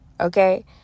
okay